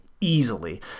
easily